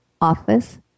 office